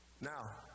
Now